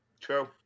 True